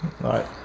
right